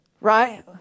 right